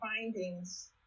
findings